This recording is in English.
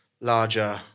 larger